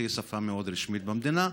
שהיא שפה מאוד רשמית במדינה,